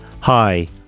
Hi